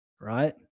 right